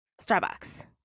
Starbucks